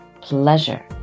pleasure